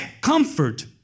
Comfort